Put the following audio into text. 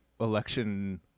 election